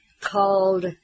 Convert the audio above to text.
called